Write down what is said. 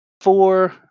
four